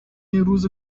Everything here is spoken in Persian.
روز